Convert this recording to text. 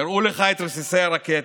הראו לך את רסיסי הרקטה,